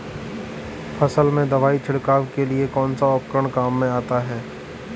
फसल में दवाई छिड़काव के लिए कौनसा उपकरण काम में आता है?